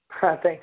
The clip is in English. Thanks